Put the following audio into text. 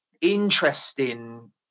interesting